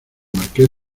marqués